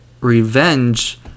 revenge